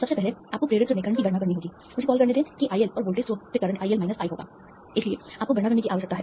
सबसे पहले आपको प्रेरित्र में करंट की गणना करनी होगी मुझे कॉल करने दें कि IL और वोल्टेज स्रोत से करंट IL माइनस I होगा इसलिए आपको गणना करने की आवश्यकता है